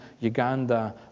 Uganda